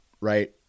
right